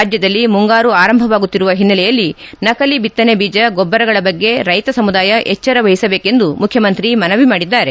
ರಾಜ್ಜದಲ್ಲಿ ಮುಂಗಾರು ಆರಂಭವಾಗುತ್ತಿರುವ ಹಿನ್ನೆಲೆಯಲ್ಲಿ ನಕಲಿ ಬಿತ್ತನೆ ಬೀಜ ಗೊಬ್ಬರಗಳ ಬಗ್ಗೆ ರೈತ ಸಮುದಾಯ ಎಚ್ದರ ವಹಿಸಬೇಕೆಂದು ಮುಖ್ಲಮಂತ್ರಿ ಮನವಿ ಮಾಡಿದ್ದಾರೆ